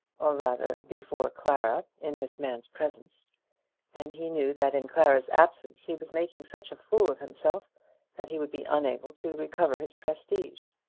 or rather before clara in this man's presence and he knew that in clara's absence he was making such a fool of himself that he would be unable to recover his prestige.